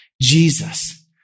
Jesus